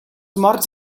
morts